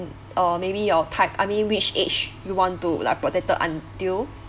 uh maybe your type I mean which age you want to like protected until